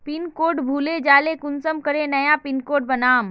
Pin code भूले जाले कुंसम करे नया पिन कोड बनाम?